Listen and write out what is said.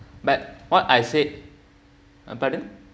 but what I said uh pardon